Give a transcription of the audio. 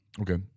Okay